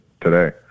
today